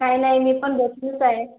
काही नाही मी पण बसलीच आहे